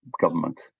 government